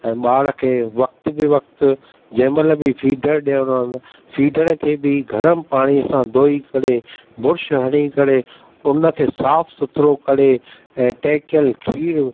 ऐं ॿार खे वक़्तु बेवक़्तु जंहिं महिल बि फिडर ॾियणो फिडर खे बि गर्म पाणीअ सां धोई करे ब्रुश हणी करे हुनखे साफ़ु सुथिरो करे ऐं टेकियलु खीरु